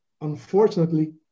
unfortunately